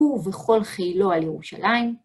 הוא וכל חיילו על ירושלים.